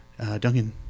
Duncan